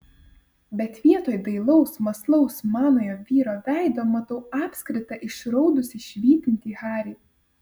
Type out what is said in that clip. bet vietoj dailaus mąslaus manojo vyro veido matau apskritą išraudusį švytintį harį